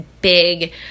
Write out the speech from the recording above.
big